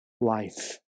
life